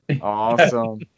Awesome